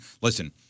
listen